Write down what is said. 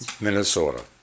Minnesota